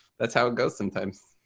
that's how it goes sometimes.